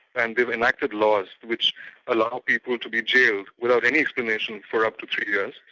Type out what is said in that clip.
and they've enacted laws which allow people to be jailed without any explanation, for up to three years.